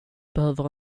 behöver